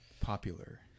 popular